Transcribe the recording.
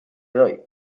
doy